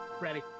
Ready